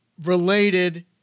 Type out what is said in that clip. related